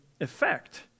effect